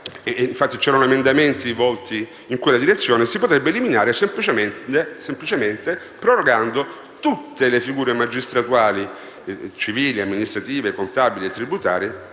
infatti c'erano emendamenti in quella direzione - semplicemente prorogando tutte le figure magistratuali (civili, amministrative, contabili e tributarie)